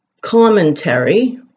commentary